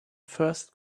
first